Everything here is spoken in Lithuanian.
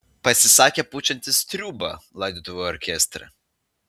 pasisakė pučiantis triūbą laidotuvių orkestre